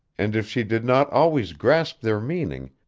and if she did not always grasp their meaning,